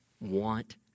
want